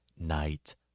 Night